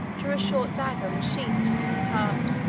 drew a short dagger, and sheathed it in his heart.